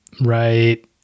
Right